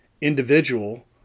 individual